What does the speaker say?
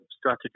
strategy